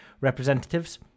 representatives